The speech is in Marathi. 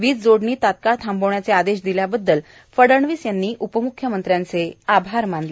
वीज तोडणी तत्काळ थांबवण्याचे आदेश दिल्याबददल फडणवीस यांनी उपम्ख्यमंत्र्यांचे आभार मानले